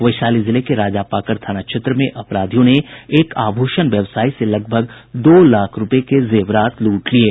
वैशाली जिले के राजापाकर थाना क्षेत्र में अपराधियों ने एक आभूषण व्यवसायी से लगभग दो लाख रुपये के जेवरात लूट लिये